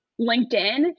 LinkedIn